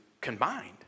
combined